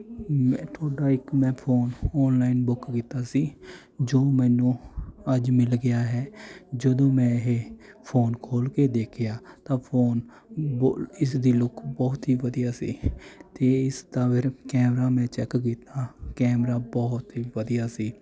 ਤੁਹਾਡਾ ਇੱਕ ਮੈਂ ਫੋਨ ਔਨਲਾਈਨ ਬੁੱਕ ਕੀਤਾ ਸੀ ਜੋ ਮੈਨੂੰ ਅੱਜ ਮਿਲ ਗਿਆ ਹੈ ਜਦੋਂ ਮੈਂ ਇਹ ਫੋਨ ਖੋਲ ਕੇ ਦੇਖਿਆ ਤਾਂ ਫੋਨ ਇਸ ਦੀ ਲੁਕ ਬਹੁਤ ਹੀ ਵਧੀਆ ਸੀ ਅਤੇ ਇਸ ਦਾ ਵੀਰ ਕੈਮਰਾ ਮੈਂ ਚੈੱਕ ਕੀਤਾ ਕੈਮਰਾ ਬਹੁਤ ਹੀ ਵਧੀਆ ਸੀ